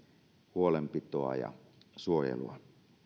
huolenpitoa ja suojelua